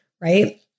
right